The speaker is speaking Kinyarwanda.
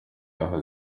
aho